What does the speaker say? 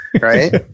right